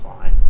fine